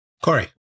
Corey